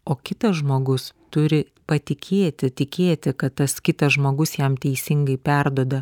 o kitas žmogus turi patikėti tikėti kad tas kitas žmogus jam teisingai perduoda